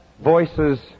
voices